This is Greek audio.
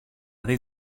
δει